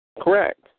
Correct